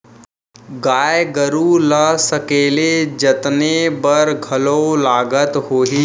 गाय गरू ल सकेले जतने बर घलौ लागत होही?